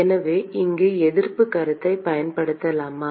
எனவே இங்கு எதிர்ப்புக் கருத்தைப் பயன்படுத்தலாமா